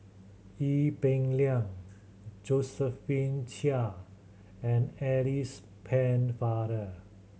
Ee Peng Liang Josephine Chia and Alice Pennefather